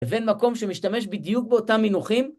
לבין מקום שמשתמש בדיוק באותם מנוחים.